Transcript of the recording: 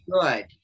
good